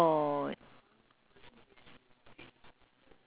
spring cleaning ah correct correct